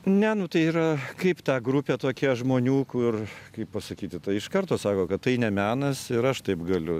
ne nu tai yra kaip ta grupė tokia žmonių kur kaip pasakyti tai iš karto sako kad tai ne menas ir aš taip galiu